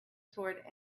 sword